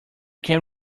can